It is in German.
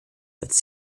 als